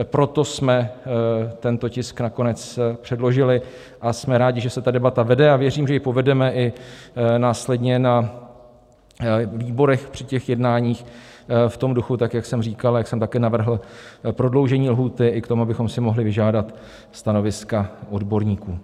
Proto jsme tento tisk nakonec předložili a jsme rádi, že se ta debata vede, a věřím, že ji povedeme i následně na výborech při těch jednáních v tom duchu, jak jsem říkal a jak jsem také navrhl prodloužení lhůty i k tomu, abychom si mohli vyžádat stanoviska odborníků.